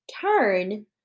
turn